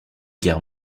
guerre